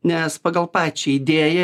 nes pagal pačią idėją